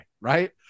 right